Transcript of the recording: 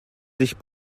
sich